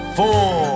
four